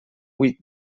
huit